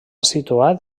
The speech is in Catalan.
situat